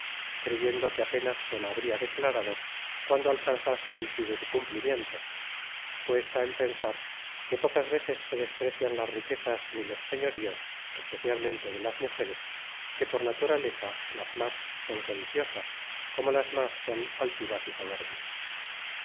creyendo que apenas se la habria declarado cuando alcanzase el sí de su cumplimiento puesta en pensar que pocas veces se desprecian las riquezas ni los señoríos especialmente de las mujeres que por naturaleza las más son codiciosas como las más son altivas y soberbias